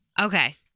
Okay